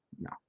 No